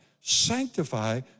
Sanctify